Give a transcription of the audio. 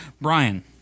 Brian